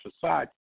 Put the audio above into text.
society